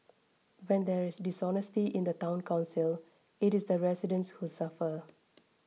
when there is dishonesty in the Town Council it is the residents who suffer